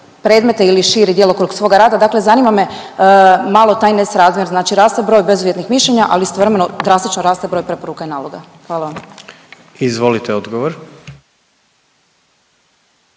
predmete ili širi djelokrug svoga rada, dakle zanima me malo taj nesrazmjer znači raste broj bezuvjetnih mišljenja, ali istovremeno drastično raste broj preporuka i naloga. Hvala vam. **Jandroković,